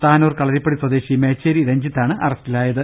താനൂർ കളരിപ്പടി സ്വദേശി മേച്ചേരി രഞ്ജിത്താണ് അറസ്റ്റിലായത്